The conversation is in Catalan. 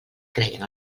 creien